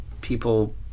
people